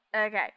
okay